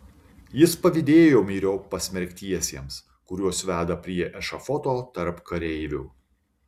jis pavydėjo myriop pasmerktiesiems kuriuos veda prie ešafoto tarp kareivių